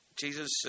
Jesus